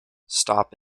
stop